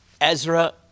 Ezra